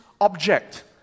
object